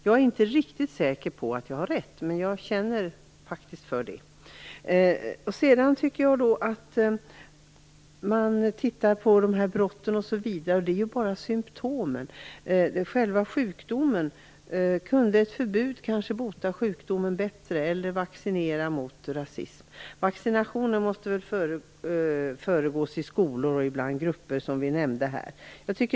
Jag är inte riktigt säker på att jag har rätt, men jag känner starkt för detta. De brott vi talar om är ju bara symtomen. Ett förbud, eller en vaccination mot rasism, kunde kanske bota själva sjukdomen bättre. Vaccinationer måste företas i skolor, bland grupper som vi här har nämnt.